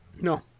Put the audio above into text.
No